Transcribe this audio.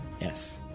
Yes